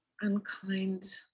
unkind